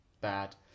bad